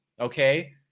okay